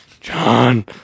John